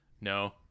no